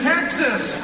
Texas